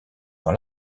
dans